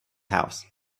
house